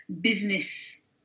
business